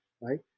right